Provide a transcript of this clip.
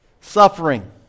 Suffering